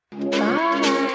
Bye